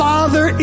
Father